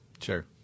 Sure